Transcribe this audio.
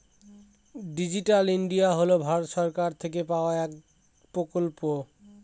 digital India হল ভারত সরকার থেকে পাওয়া এক প্রকল্প